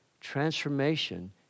Transformation